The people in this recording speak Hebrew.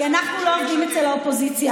כי אנחנו לא עובדים אצל האופוזיציה,